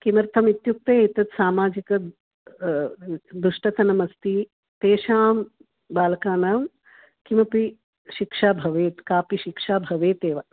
किमर्थम् इत्युक्ते एतत् सामाजिकं दुष्टतनमस्ति तेषां बालकानां किमपि शिक्षा भवेत् कापि शिक्षा भवेदेव